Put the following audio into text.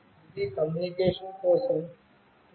ఇది కమ్యూనికేషన్ కోసం 2